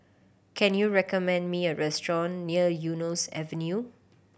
can you recommend me a restaurant near Eunos Avenue